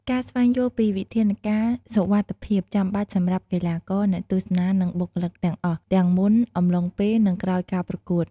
ការស្វែងយល់ពីវិធានការណ៍សុវត្ថិភាពចាំបាច់សម្រាប់កីឡាករ អ្នកទស្សនា និងបុគ្គលិកទាំងអស់ ទាំងមុន អំឡុងពេល និងក្រោយការប្រកួត។